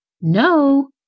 No